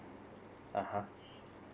(uh huh)